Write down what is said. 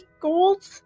gold